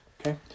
Okay